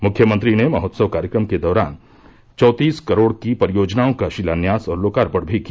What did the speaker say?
मुख्यमंत्री ने महोत्सव कार्यक्रम के दौरान ही चौंतीस करोड़ की परियोजनाओं का शिलान्यास और लोकार्यण भी किया